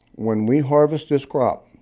when we harvest this crop,